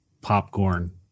popcorn